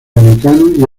americano